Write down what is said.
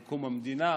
עם קום המדינה,